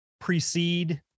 precede